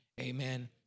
amen